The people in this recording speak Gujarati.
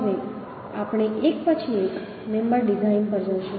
હવે આપણે એક પછી એક મેમ્બર ડિઝાઇન પર જઈશું